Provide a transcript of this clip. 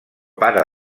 pare